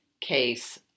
case